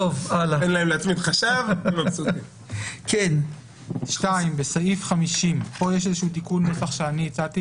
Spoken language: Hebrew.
2. בסעיף 50 - פה יש תיקון נוסח שאני הצעתי